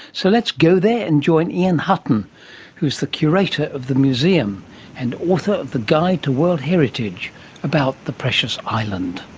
so let's go there and join ian hutton who is the curator of the museum and author of the guide to world heritage about the precious island.